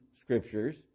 Scriptures